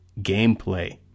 gameplay